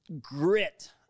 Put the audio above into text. grit